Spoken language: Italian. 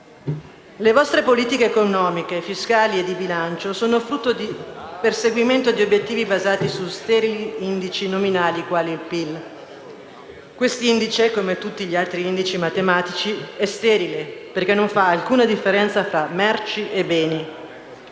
Le vostre politiche economiche, fiscali e di bilancio sono frutto di un perseguimento di obiettivi basati su sterili indici nominali quali il PIL. Questo indice, come tutti gli indici matematici, è sterile, perché non fa alcuna differenza tra merci e beni.